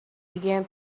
began